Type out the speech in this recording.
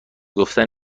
گفتن